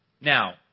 Now